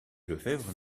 lefèvre